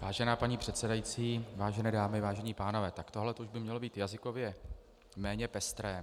Vážená paní předsedající, vážené dámy, vážení pánové, tak tohle by už mělo být jazykově méně pestré.